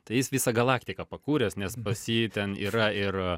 tai jis visą galaktiką pakūręs nes pas jį ten yra ir